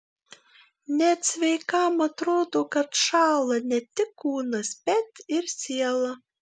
net sveikam atrodo kad šąla ne tik kūnas bet ir siela